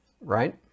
right